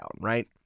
right